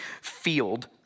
field